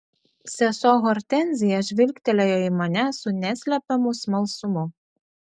sesuo hortenzija žvilgtelėjo į mane su neslepiamu smalsumu